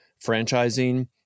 franchising